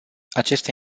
aceste